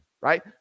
right